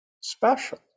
special